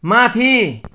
माथि